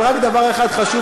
אבל רק דבר אחד חשוב